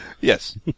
Yes